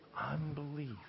Unbelief